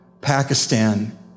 Pakistan